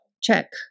check